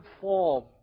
form